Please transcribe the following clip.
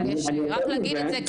אבל יש רק להגיד את זה,